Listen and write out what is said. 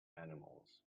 animals